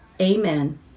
Amen